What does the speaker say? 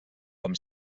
com